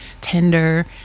tender